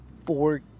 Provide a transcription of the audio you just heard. Four